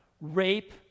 rape